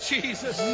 Jesus